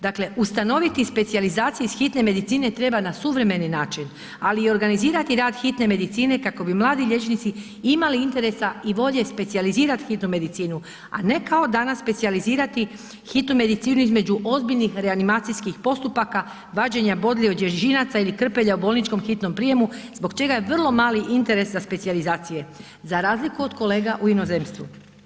Dakle, ustanoviti specijalizacije iz hitne medicine treba na suvremeni način, ali i organizirati rad hitne medicine kako bi mladi liječnici imali interesa i volje specijalizirat hitnu medicinu, a ne kao danas specijalizirati hitnu medicinu između ozbiljnih reanimacijskih postupaka vađenja bodlji od ježinaca ili krpelja u bolničkom hitnom prijemu zbog čega je vrlo mali interes za specijalizacije za razliku od kolega u inozemstvu.